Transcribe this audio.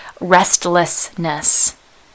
restlessness